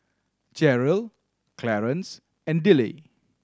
Jeryl Clarance and Dillie